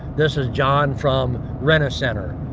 this is john from rent-a-center.